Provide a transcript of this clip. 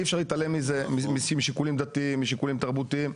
אי אפשר להתעלם מזה משיקולים דתיים משיקולים תרבותיים,